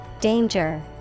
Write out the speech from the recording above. Danger